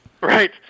Right